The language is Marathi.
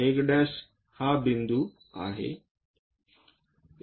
1हा बिंदू आहे